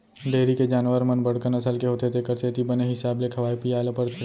dairy के जानवर मन बड़का नसल के होथे तेकर सेती बने हिसाब ले खवाए पियाय ल परथे